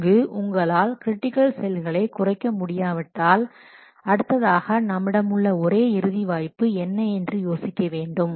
இங்கு உங்களால் கிரிட்டிக்கல் செயல்களை குறைக்க முடியாவிட்டால் அடுத்ததாக நம்மிடமுள்ள ஒரே இறுதி வாய்ப்பு என்ன என்று யோசிக்க வேண்டும்